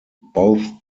both